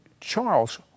Charles